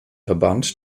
verband